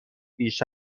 بیش